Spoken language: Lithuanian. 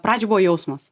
pradžioj buvo jausmas